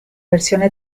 versione